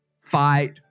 fight